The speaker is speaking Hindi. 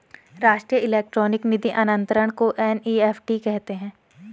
राष्ट्रीय इलेक्ट्रॉनिक निधि अनंतरण को एन.ई.एफ.टी कहते हैं